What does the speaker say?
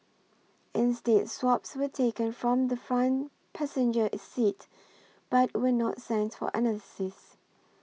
instead swabs were taken from the front passenger seat but were not sent for analysis